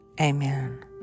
Amen